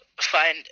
find